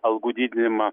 algų didinimą